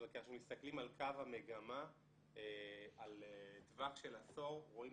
אבל כאשר מסתכלים על קו המגמה בטווח של עשור רואים